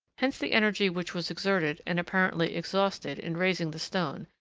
hence the energy which was exerted, and apparently exhausted, in raising the stone,